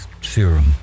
serum